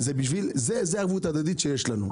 זו הערבות ההדדית שיש לנו.